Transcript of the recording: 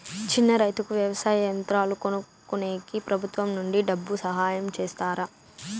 చిన్న రైతుకు వ్యవసాయ యంత్రాలు కొనుక్కునేకి ప్రభుత్వం నుంచి డబ్బు సహాయం చేస్తారా?